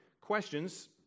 Questions